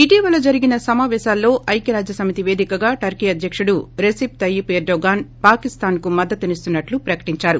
ఇటీవల జరిగిన సమాపేశాల్లో ఐక్య రాజ్యసమితి పేదికగా టర్కీ అధ్యకుడు రెసిప్ తయ్యిప్ ఎర్దోగాన్ పాకిస్థాన్కు మద్దతిస్తున్నట్లు ప్రకటించారు